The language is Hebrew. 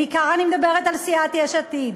בעיקר אני מדברת על סיעת יש עתיד,